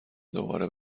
دوباره